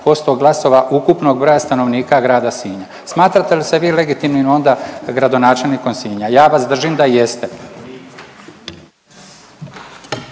28% glasova ukupnog broja stanovnika grada Sinja. Smatrate li se vi legitimnim onda gradonačelnikom Sinja? Ja vas držim da jeste.